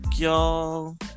Y'all